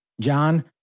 John